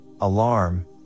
alarm